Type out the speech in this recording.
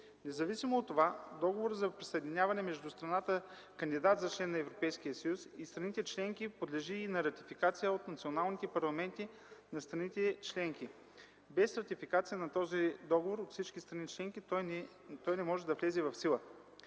Независимо от това, договорът за присъединяване между страната – кандидат за член на Европейския съюз, и страните членки подлежи и на ратификация от националните парламенти на страните членки. Без ратификация на този договор от всички страни членки той не може да влезе в сила.